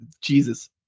Jesus